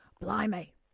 Blimey